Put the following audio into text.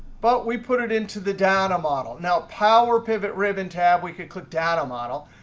but we put it into the data model. now power pivot ribbon tab, we could click data model.